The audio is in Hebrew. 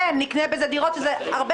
ערער לעליון.